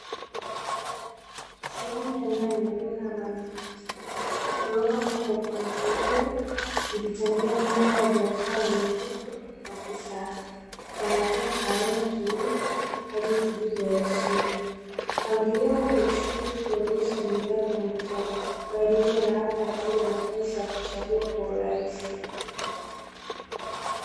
Sehemu ya ndani ya duka la manunuzi, lililopangwa kwa mpangilio likichangia mandhari ya biashara yenye mvuto wa kisasa, kuanzia kahawia tulivu hadi kijivu ya heshima. Mpangilio huu sio tuu kuonesha nidhamu ya muuzaji bali pia unawapa wateja nafasi ya kuchagua kwa urahisi.